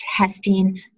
testing